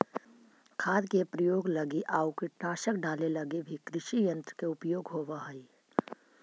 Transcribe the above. खाद के प्रयोग लगी आउ कीटनाशक डाले लगी भी कृषियन्त्र के उपयोग होवऽ हई